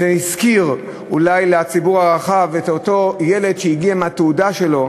זה הזכיר אולי לציבור הרחב את אותו ילד שהגיע עם התעודה שלו,